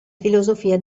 filosofia